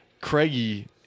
Craigie